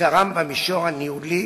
ועיקרם במישור הניהולי